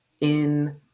in-